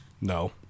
No